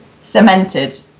cemented